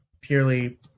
purely